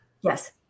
Yes